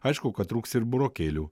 aišku kad trūks ir burokėlių